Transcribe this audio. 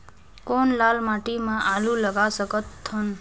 कौन लाल माटी म आलू लगा सकत हन?